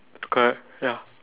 correct ya